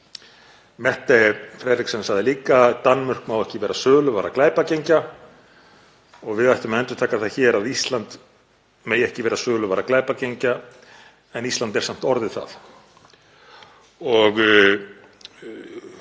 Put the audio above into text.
Mette Frederiksen sagði líka að Danmörk mætti ekki vera söluvara glæpagengja og við ættum að endurtaka það hér að Ísland megi ekki vera söluvara glæpagengja, en Ísland er samt orðið það.